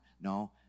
No